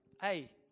Hey